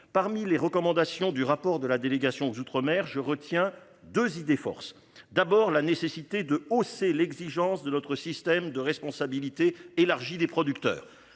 parmi les recommandations du rapport de la délégation aux outre-mer je retiens 2 idées-forces. D'abord la nécessité de. C'est l'exigence de notre système de responsabilité élargie des producteurs